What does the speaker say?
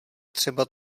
třeba